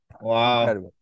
Wow